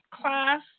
class